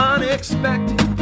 Unexpected